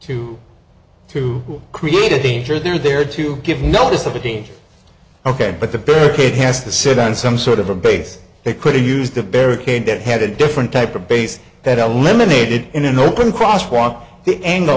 to to create a danger they're there to give notice of the danger ok but the barricade has to sit on some sort of a base they couldn't use the barricade that had a different type of base that eliminated in an open crosswalk